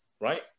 right